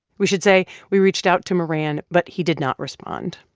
we should say we reached out to moran, but he did not respond.